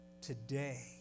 today